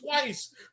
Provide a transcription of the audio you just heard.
twice